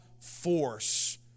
force